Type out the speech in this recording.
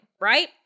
right